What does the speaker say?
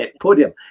podium